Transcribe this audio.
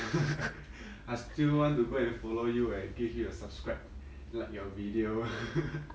I still want to go and follow you and give you a subscribe like your video